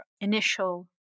initial